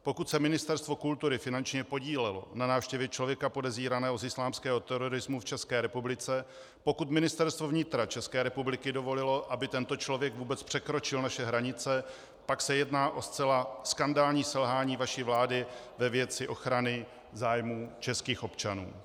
Pokud se Ministerstvo kultury finančně podílelo na návštěvě člověka podezíraného z islámského terorismu v České republice, pokud Ministerstvo vnitra České republiky dovolilo, aby tento člověk vůbec překročil naše hranice, pak se jedná o zcela skandální selhání vaší vlády ve věci ochrany zájmů českých občanů.